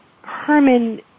Herman